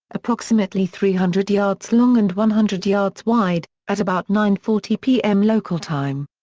approximately three hundred yards long and one hundred yards wide, at about nine forty pm local time.